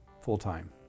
full-time